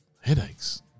headaches